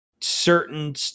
certain